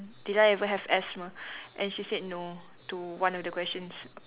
did I ever have asthma and she said no to one of the questions